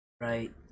Right